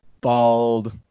bald